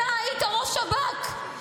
אתה היית ראש שב"כ,